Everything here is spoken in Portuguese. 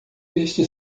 este